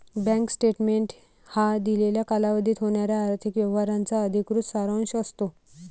bank statement हा दिलेल्या कालावधीत होणाऱ्या आर्थिक व्यवहारांचा अधिकृत सारांश असतो